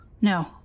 No